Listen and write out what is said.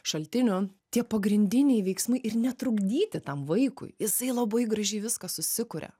šaltinių tie pagrindiniai veiksmai ir netrukdyti tam vaikui jisai labai gražiai viską susikuria